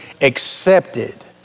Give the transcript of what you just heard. accepted